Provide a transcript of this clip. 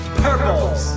purples